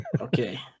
Okay